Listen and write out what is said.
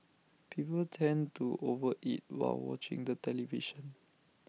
people tend to over eat while watching the television